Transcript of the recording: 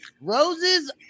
Roses